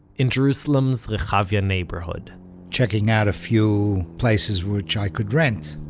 in jerusalem's rehavia neighborhood checking out a few places which i could rent.